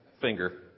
finger